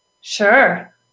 Sure